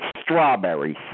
strawberries